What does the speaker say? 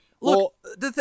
Look